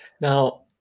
Now